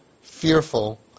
fearful